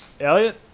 Elliot